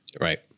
Right